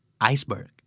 Iceberg